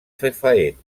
fefaent